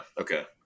Okay